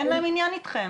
אין להם עניין איתכם.